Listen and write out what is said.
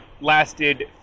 lasted